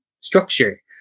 structure